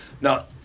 Now